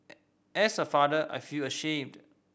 as a father I feel ashamed